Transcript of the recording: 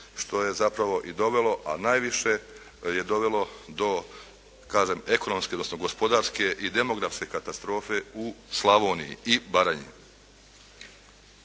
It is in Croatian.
što je zapravo i dovelo, a najviše je dovelo do, kažem ekonomske, odnosno gospodarske i demografske katastrofe u Slavoniji i Baranji.